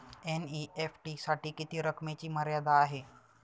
NEFT साठी किती रकमेची मर्यादा आहे?